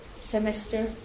semester